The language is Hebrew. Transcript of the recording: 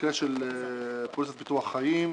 במקרה של פוליסת ביטוח חיים,